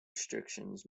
restrictions